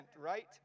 right